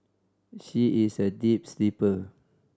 she is a deep sleeper